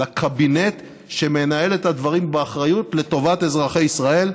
לקבינט שמנהל את הדברים באחריות לטובת אזרחי ישראל,